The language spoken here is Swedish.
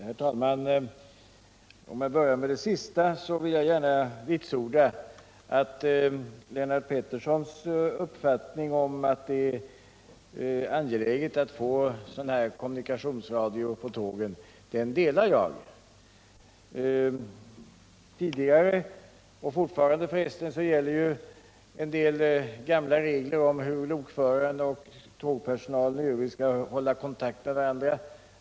Herr talman! För att börja med det sista vill jag gärna vitsorda att jag delar Lennart Petterssons uppfattning att det är angeläget att vi får kommunikationsradio på tågen. Tidigare gällde — och gäller fortfarande för resten — en del gamla regler om hur lokförare och övrig tågpersonal skall hålla kontakt med varandra.